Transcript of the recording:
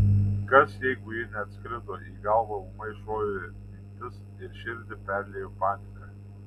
kas jeigu ji neatskrido į galvą ūmai šovė mintis ir širdį perliejo panika